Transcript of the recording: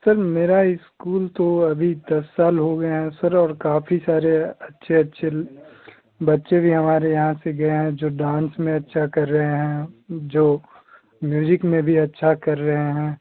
sir मेरा school तो अभी दस साल हो गए हैं सर और काफ़ी सारे अच्छे अच्छे बच्चे भी हमारे यहाँ से गए है जो डांस में भी अच्छा कर रहे हैं जो म्यूजिक में भी अच्छा कर रहे हैं